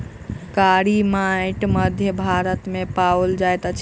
कारी माइट मध्य भारत मे पाओल जाइत अछि